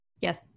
Yes